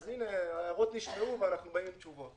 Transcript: אז הנה ההערות נשמעו ואנחנו באים עם תשובות.